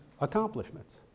accomplishments